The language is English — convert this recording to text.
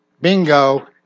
Bingo